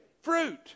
fruit